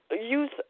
use